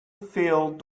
filled